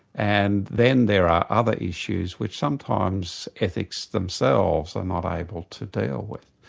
and then there are other issues which sometimes ethics themselves are not able to deal with,